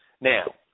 Now